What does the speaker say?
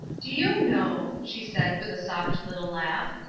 do you know, she said, with a soft little laugh,